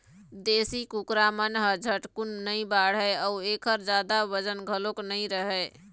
देशी कुकरा मन ह झटकुन नइ बाढ़य अउ एखर जादा बजन घलोक नइ रहय